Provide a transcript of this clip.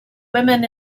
women